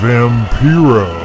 Vampiro